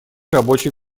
рабочей